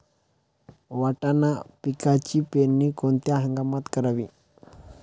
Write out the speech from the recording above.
वाटाणा पिकाची पेरणी कोणत्या हंगामात करावी?